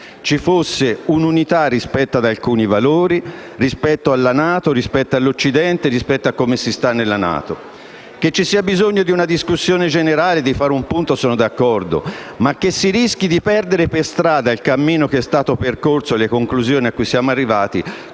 ci fosse un'unità rispetto ad alcuni valori, rispetto alla NATO, rispetto all'Occidente, rispetto a come stare nella NATO. Che ci sia bisogno di un dibattito generale e di fare il punto sull'argomento sono d'accordo, ma che si rischi di perdere per strada il cammino che è stato percorso e le conclusioni a cui siamo arrivati,